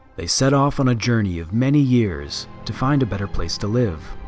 they set off on a journey of many years to find a better place to live.